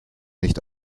nicht